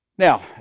Now